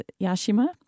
Yashima